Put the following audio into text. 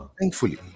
thankfully